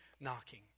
knocking